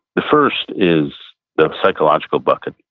the first is the psychological bucket.